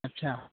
अच्छा